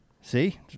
See